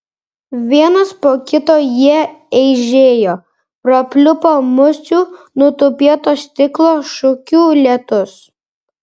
vienas po kito jie eižėjo prapliupo musių nutupėto stiklo šukių lietus